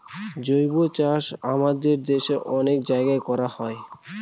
জৈবচাষ আমাদের দেশে অনেক জায়গায় করা হয়